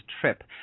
trip